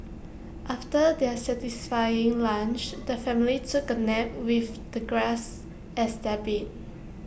after their satisfying lunch the family took A nap with the grass as their bed